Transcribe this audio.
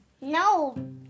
No